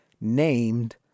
named